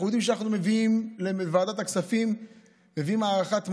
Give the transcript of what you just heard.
אנחנו יודעים שלוועדת הכספים אנחנו מביאים הארכת מועדים.